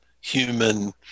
human